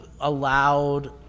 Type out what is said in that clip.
allowed